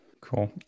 Cool